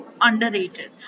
underrated